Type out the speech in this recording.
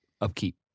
upkeep